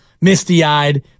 misty-eyed